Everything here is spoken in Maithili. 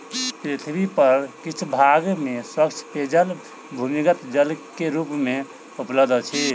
पृथ्वी पर किछ भाग में स्वच्छ पेयजल भूमिगत जल के रूप मे उपलब्ध अछि